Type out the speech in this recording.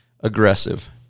aggressive